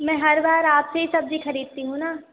मैं हर बार आपसे ही सब्जी खरीदती हूँ ना